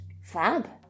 Fab